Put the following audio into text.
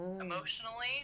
emotionally